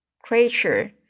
Creature